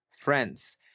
friends